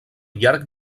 llarg